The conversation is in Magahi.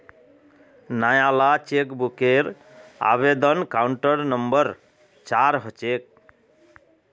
नयाला चेकबूकेर आवेदन काउंटर नंबर चार ह छेक